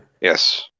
Yes